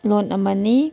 ꯂꯣꯟ ꯑꯃꯅꯤ